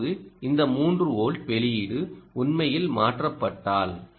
இப்போது இந்த மூன்று வோல்ட் வெளியீடு உண்மையில் மாற்றப்பட்டால்